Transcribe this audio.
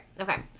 Okay